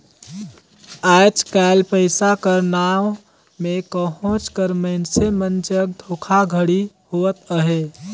आएज काएल पइसा कर नांव में कहोंच कर मइनसे मन जग धोखाघड़ी होवत अहे